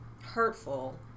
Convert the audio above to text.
hurtful